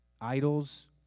idols